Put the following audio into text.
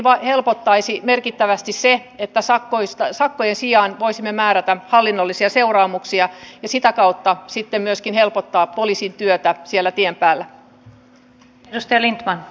tähänkin helpottaisi merkittävästi se että sakkojen sijaan voisimme määrätä hallinnollisia seuraamuksia ja sitä kautta sitten myöskin helpottaa poliisin työtä siellä tien päällä